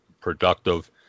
productive